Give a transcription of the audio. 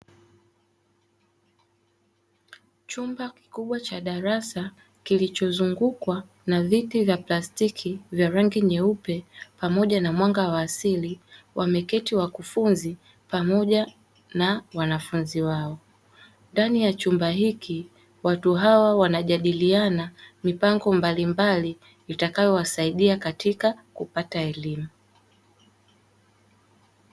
Chumba kikubwa cha darasa kilichozungukwa na viti vya plastiki vya rangi nyeupe pamoja na mwanga wa asili wameketi wakufunzi pamoja na wanafunzi wao, ndani ya chumba hiki watu hao wanajadiliana mipango mbalimbali itakayowasaidia katika kupata elimu.